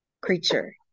creature